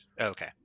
Okay